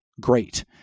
great